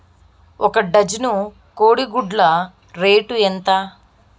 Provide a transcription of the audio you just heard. ఒక డజను కోడి గుడ్ల రేటు ఎంత?